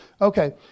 Okay